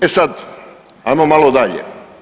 E sad, ajmo malo dalje.